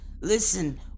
Listen